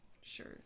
Sure